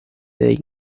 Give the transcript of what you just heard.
degli